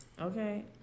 okay